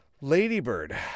Ladybird